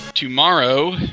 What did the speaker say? Tomorrow